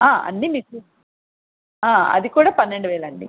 ఆ అన్ని మీకు ఆ అది కూడ పన్నెండువేలండి